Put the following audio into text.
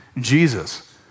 Jesus